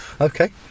Okay